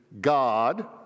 God